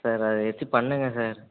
sir எதாச்சு பண்ணுங்கள் sir